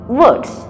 words